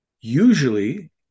usually